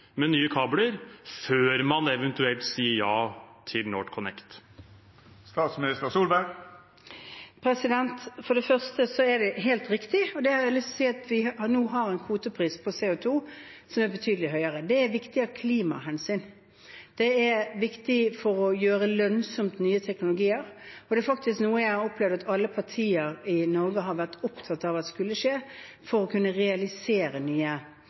med nye kabler før man eventuelt sier ja til NorthConnect? For det første er det helt riktig, og det har jeg lyst til å si, at vi nå har en kvotepris på CO 2 som er betydelig høyere. Det er viktig av klimahensyn. Det er viktig for å gjøre ny teknologi lønnsom, og det er noe jeg har opplevd at alle partier i Norge har vært opptatt av at skulle skje for å kunne realisere